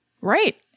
Right